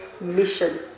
mission